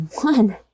one